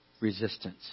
resistance